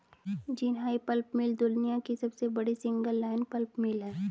Jinhai pulp mill दुनिया की सबसे बड़ी सिंगल लाइन पल्प मिल है